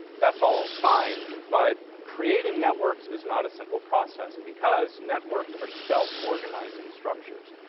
that's all fine but creating networks is not a simple process because networks are self-organizing structures.